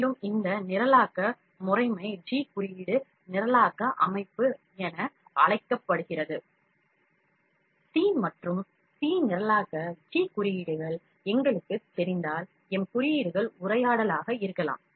மேலும் இந்த நிரலாக்க முறைமை ஜி குறியீடு நிரலாக்க அமைப்பு என அழைக்கப்படுகிறது சி மற்றும் சி நிரலாக்க ஜி குறியீடுகள் நமக்கு தெரிந்தால் எம் குறியீடுகள் உரையாடலாக இருக்கலாம்